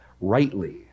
rightly